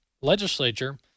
legislature –